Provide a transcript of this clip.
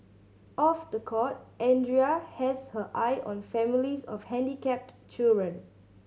off the court Andrea has her eye on families of handicapped children